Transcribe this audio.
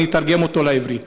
ואני אתרגם אותו לעברית: